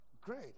Great